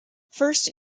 first